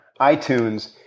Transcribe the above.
iTunes